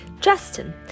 Justin